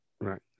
Right